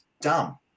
dumb